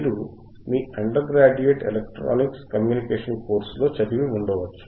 మీరు మీ undergraduate electronic communication కోర్సులో చదివి ఉండవచ్చు